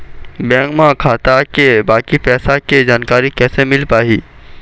Bank म खाता के बाकी पैसा के जानकारी कैसे मिल पाही?